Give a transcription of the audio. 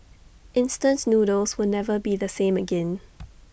instance noodles will never be the same again